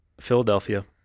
Philadelphia